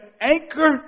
anchor